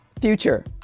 future